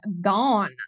gone